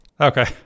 okay